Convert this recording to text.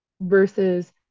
versus